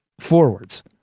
forwards